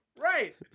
right